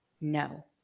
No